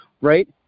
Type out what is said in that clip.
right